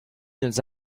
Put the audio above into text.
deus